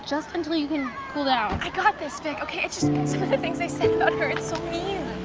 just until you can cool down. i got this, vic. okay, it just, some of the things they said about her, it's so mean.